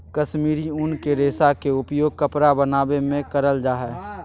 कश्मीरी उन के रेशा के उपयोग कपड़ा बनावे मे करल जा हय